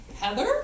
Heather